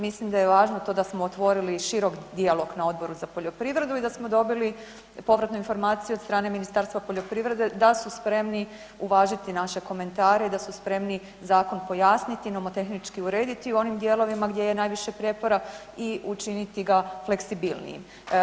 Mislim da je važno to da smo otvorili širok dijalog na Odboru za poljoprivredu i da smo dobili povratnu informaciju od strane Ministarstva poljoprivrede da su spremni uvažiti naše komentare i da su spremni zakon pojasniti i nomotehnički urediti u onim dijelovima gdje je najviše prijepora i učiniti ga fleksibilnijim.